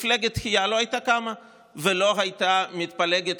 מפלגת התחיה לא הייתה קמה ולא הייתה מתפלגת